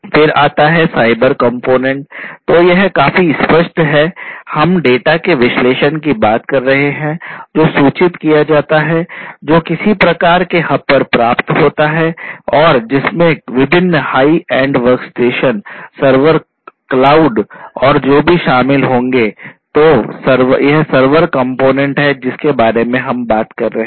फिर आता है साइबर कंपोनेंट है जिसके बारे में हम बातें कर रहे हैं